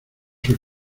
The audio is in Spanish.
sus